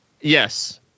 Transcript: yes